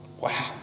Wow